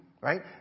right